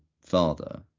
father